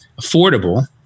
affordable